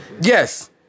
Yes